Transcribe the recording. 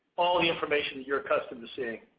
all the information you are accustomed to seeing.